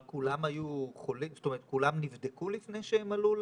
אגב, כולם נבדקו לפני שהם עלו לטיסה?